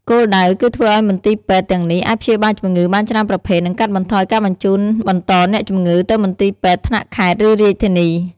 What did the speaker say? គោលដៅ គឺធ្វើឱ្យមន្ទីរពេទ្យទាំងនេះអាចព្យាបាលជំងឺបានច្រើនប្រភេទ និងកាត់បន្ថយការបញ្ជូនបន្តអ្នកជំងឺទៅមន្ទីរពេទ្យថ្នាក់ខេត្ត ឬរាជធានី។